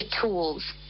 tools